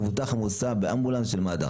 מבוטח המוסע באמבולנס של מד"א.